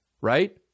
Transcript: right